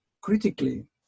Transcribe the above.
critically